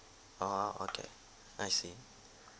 orh okay I see